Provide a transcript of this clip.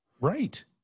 Right